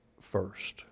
first